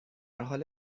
حال